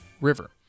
River